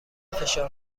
فشار